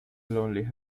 lonely